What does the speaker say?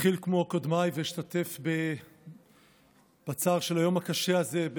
אתחיל כמו קודמיי ואשתתף בצער של היום הקשה הזה.